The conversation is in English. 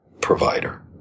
provider